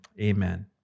amen